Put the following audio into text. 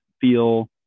feel